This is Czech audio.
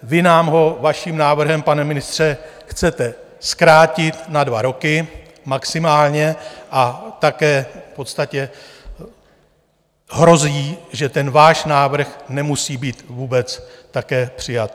Vy nám ho vaším návrhem, pane ministře, chcete zkrátit na dva roky maximálně a také v podstatě hrozí, že ten váš návrh nemusí být vůbec také přijat.